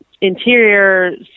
interior